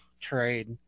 trade